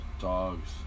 Dogs